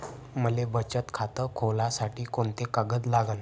मले बचत खातं खोलासाठी कोंते कागद लागन?